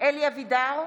אלי אבידר,